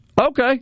Okay